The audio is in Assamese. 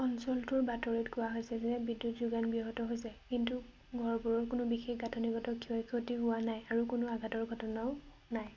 অঞ্চলটোৰ বাতৰিত কোৱা হৈছে যে বিদ্যুৎ যোগান ব্যাহত হৈছে কিন্তু ঘৰবোৰৰ কোনো বিশেষ গাঁঠনিগত ক্ষয় ক্ষতি হোৱা নাই আৰু কোনো আঘাতৰ ঘটনাও নাই